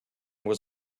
was